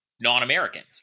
non-Americans